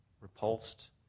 repulsed